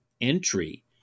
entry